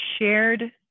shared